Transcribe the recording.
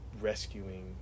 rescuing